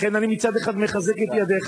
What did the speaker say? לכן אני מצד אחד מחזק את ידיך,